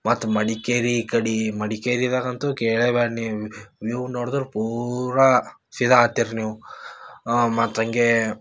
ಮತ್ತು ಮಡಿಕೇರಿ ಈ ಕಡೆ ಮಡಿಕೇರಿದಾಗಂತೂ ಕೇಳ್ಲೇ ಬ್ಯಾಡ ನೀವು ವೀವ್ ನೋಡದ್ರೆ ಪೂರಾ ಫಿದಾ ಆಗ್ತಿರ್ ನೀವು ಮತ್ತು ಹಂಗೇ